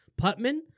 Putman